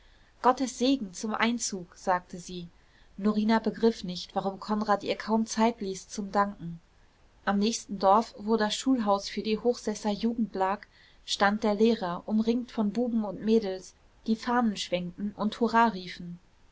gottes segen zum einzug sagte sie norina begriff nicht warum konrad ihr kaum zeit ließ zum danken am nächsten dorf wo das schulhaus für die hochsesser jugend lag stand der lehrer umringt von buben und mädels die fahnen schwenkten und hurra riefen